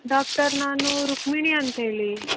doctor ನಾನು ರುಕ್ಮಿಣಿ ಅಂತ್ಹೇಳಿ